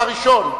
הראשונה,